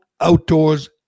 outdoors